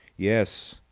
yes.